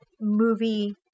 movie